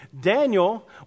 Daniel